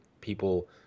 people